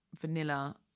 vanilla